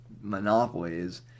Monopolies